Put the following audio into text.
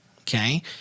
Okay